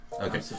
okay